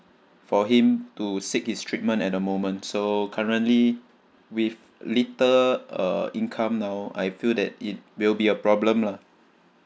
for him to seek his treatment at the moment so currently with little uh income now I feel that it will be a problem lah